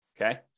Okay